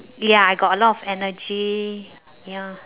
ya I got a lot of energy ya